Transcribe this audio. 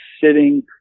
sitting